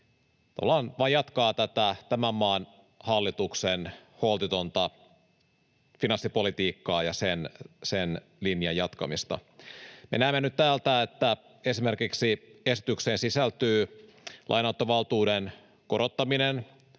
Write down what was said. tavallaan vain jatkavat tätä tämän maan hallituksen holtitonta finanssipolitiikkaa ja sen linjan jatkamista. Me näemme nyt täältä, että esimerkiksi esitykseen sisältyy lainanottovaltuuden korottaminen